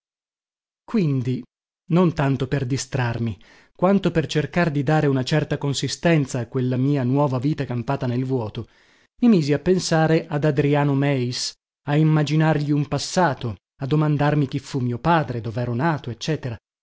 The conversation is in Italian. quindi non tanto per distrarmi quanto per cercar di dare una certa consistenza a quella mia nuova vita campata nel vuoto mi misi a pensare ad adriano meis a immaginargli un passato a domandarmi chi fu mio padre dovero nato